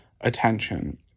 attention